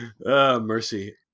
Mercy